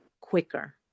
quicker